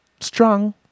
strong